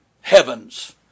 heavens